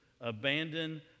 Abandon